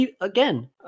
again